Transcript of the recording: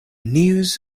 news